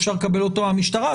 אם מתייחסים לנתונים של המשטרה,